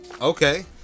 Okay